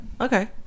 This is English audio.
Okay